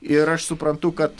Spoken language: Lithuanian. ir aš suprantu kad